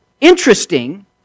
interesting